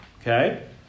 Okay